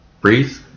breathe